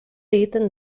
egiten